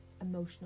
Emotional